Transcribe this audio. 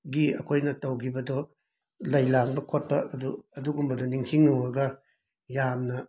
ꯒꯤ ꯑꯩꯈꯣꯏꯅ ꯇꯧꯈꯤꯕꯗꯨ ꯂꯩ ꯂꯥꯡꯕ ꯈꯣꯠꯄ ꯑꯗꯨ ꯑꯗꯨꯒꯨꯝꯕꯗꯨ ꯅꯤꯡꯁꯤꯡꯉꯨꯔꯒ ꯌꯥꯝꯅ